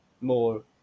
more